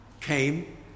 came